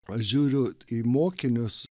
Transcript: pažiūriu į mokinius